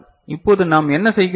இப்போது நாம் என்ன செய்கிறோம்